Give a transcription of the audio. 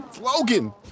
Logan